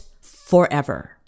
forever